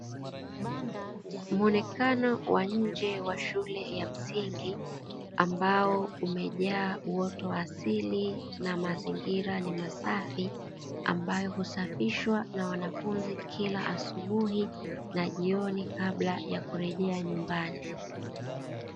Muonekano wa nje wa shule ya msingi ambao umejaa uoto wa asili na mazingira ni masafi, ambayo husafishwa na wanafunzi kila asubui na jioni kabla ya kurejea nyumbani.